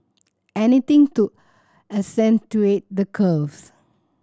anything to accentuate the curves